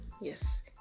yes